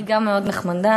היא גם מאוד נחמדה.